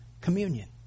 communion